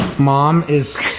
mom is